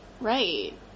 right